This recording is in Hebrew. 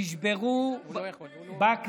נשברו, זה בגלל שהוא נגד.